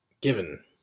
given